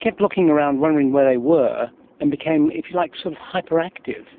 kept looking around wondering where they were and became, if you like, sort of hyperactive.